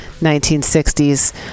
1960s